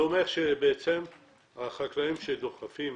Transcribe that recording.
זה אומר שהחקלאים שדוחפים